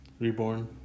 Reborn